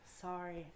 Sorry